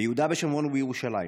ביהודה ושומרון ובירושלים.